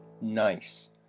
Nice